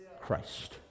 Christ